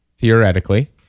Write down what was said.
Theoretically